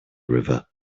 river